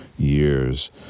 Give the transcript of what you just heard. years